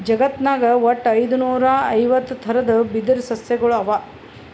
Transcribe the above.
ಜಗತ್ನಾಗ್ ವಟ್ಟ್ ಐದುನೂರಾ ಐವತ್ತ್ ಥರದ್ ಬಿದಿರ್ ಸಸ್ಯಗೊಳ್ ಅವಾ